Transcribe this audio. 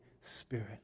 Spirit